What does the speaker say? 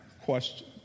question